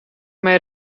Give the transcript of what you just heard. mij